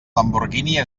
lamborghini